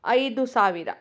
ಐದು ಸಾವಿರ